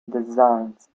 designs